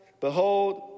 behold